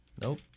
Nope